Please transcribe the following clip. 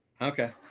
okay